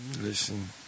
Listen